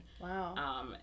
Wow